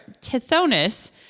Tithonus